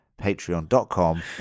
Patreon.com